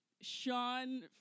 sean